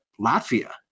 Latvia